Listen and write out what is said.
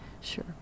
Sure